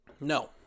No